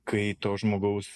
kai to žmogaus